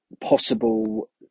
possible